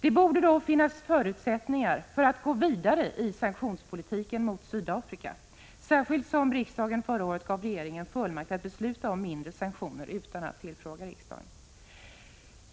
Det borde då finnas förutsättnigar för att gå vidare i sanktionspolitiken mot Sydafrika, särskilt som riksdagen förra året gav regeringen fullmakt att besluta om mindre sanktioner utan att tillfråga riksdagen.